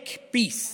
fake peace,